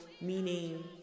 meaning